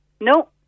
No